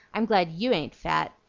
i'm glad you ain't fat,